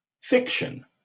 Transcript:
fiction